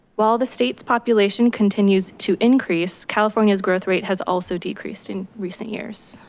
while the state's population continues to increase, california's growth rate has also decreased in recent years.